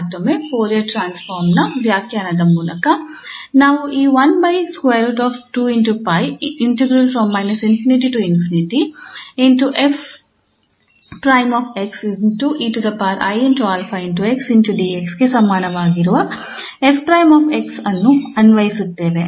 ಮತ್ತೊಮ್ಮೆ Fourier transform ನ ವ್ಯಾಖ್ಯಾನದ ಮೂಲಕ ನಾವು ಈ ಗೆ ಸಮನಾಗಿರುವ 𝑓′𝑥 ಅನ್ನು ಅನ್ವಯಿಸುತ್ತೇವೆ